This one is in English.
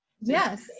Yes